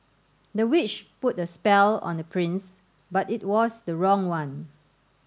the witch put a spell on the prince but it was the wrong one